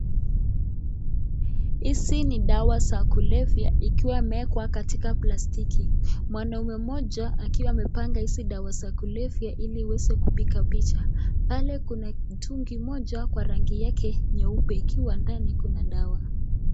Hizi ni dawa za kulevya ikiwa imeekwa katika plastiki. Mwanaume mmoja akiwa amepanga hizi dawa za kulevya ili iweze kupiga picha. Pale kuna mtungi mmoja wa rangi yake nyeupe ikiwa ndani kuna dawa.